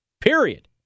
Period